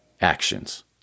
actions